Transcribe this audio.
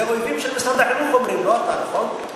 אלו האויבים של משרד החינוך אומרים, לא אתה, נכון?